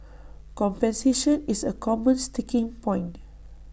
compensation is A common sticking point